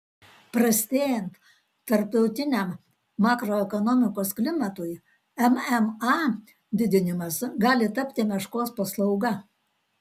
prastėjant tarptautiniam makroekonomikos klimatui mma didinimas gali tapti meškos paslauga